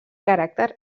caràcter